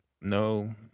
no